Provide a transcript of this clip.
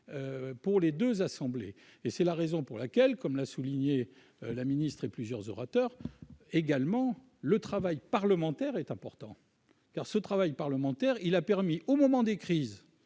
pour les 2 assemblées et c'est la raison pour laquelle, comme l'a souligné la ministre et plusieurs orateurs également le travail parlementaire est important car ce travail parlementaire, il a permis au moment des crises